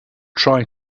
try